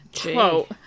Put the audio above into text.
Quote